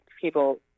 people